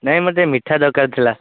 ନାହିଁ ମୋତେ ମିଠା ଦରକାର ଥିଲା